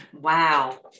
wow